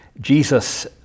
Jesus